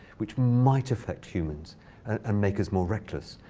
which might affect humans and make us more reckless.